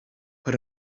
put